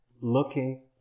looking